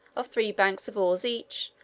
of three banks of oars each,